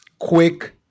Quick